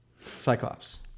Cyclops